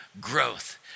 growth